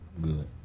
good